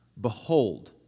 behold